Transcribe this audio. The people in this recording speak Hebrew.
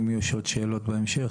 אם יהיו עוד שאלות בהמשך,